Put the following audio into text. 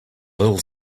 little